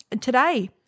Today